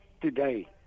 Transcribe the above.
today